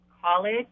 college